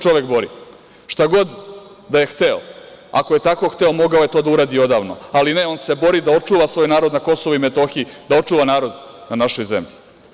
Šta god da je hteo, ako je tako hteo, mogao je to da uradi odavno, ali ne, on se bori da očuva svoj narod na KiM, da očuva narod na našoj zemlji.